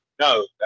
no